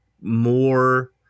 more